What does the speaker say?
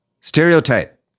stereotype